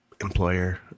employer